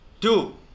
Two